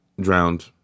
drowned